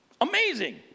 amazing